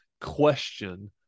question